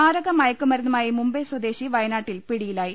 മാരക മയ ക്കു മരു ന്നു മായി മുംബൈ സ്വദേശി വയ നാട്ടിൽ പിടിയിലായി